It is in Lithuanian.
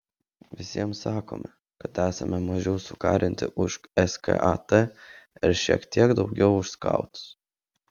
visiems sakome kad esame mažiau sukarinti už skat ir šiek tiek daugiau už skautus